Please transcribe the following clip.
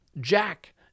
Jack